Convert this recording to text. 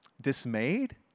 dismayed